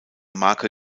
marke